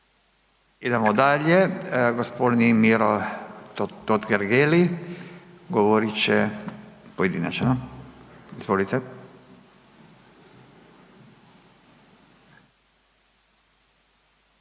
Idemo dalje, g. Miro Totgergeli govorit će pojedinačno, izvolite.